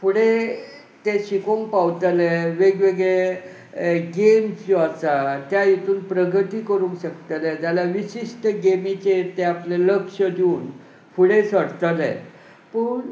फुडें तें शिकूंक पावतले वेगवेगळे गेम्स ज्यो आसा त्या हातूंत प्रगती करूंक शकतले जाल्यार विशिश्ट गेमीचेर ते आपलें लक्ष दिवन फुडें सरतले पूण